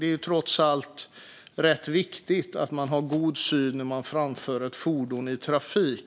Det är trots allt rätt viktigt att man har god syn när man framför ett fordon i trafik.